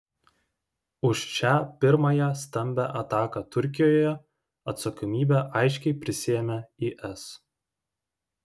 už šią pirmąją stambią ataką turkijoje atsakomybę aiškiai prisiėmė is